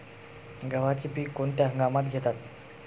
गव्हाचे पीक कोणत्या हंगामात घेतात?